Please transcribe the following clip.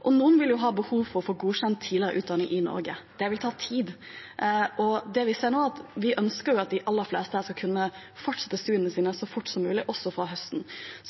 og noen vil ha behov for å få godkjent tidligere utdanning i Norge. Dette vil ta tid. Vi ønsker jo at de aller fleste skal kunne fortsette studiene sine så fort som mulig, også fra høsten.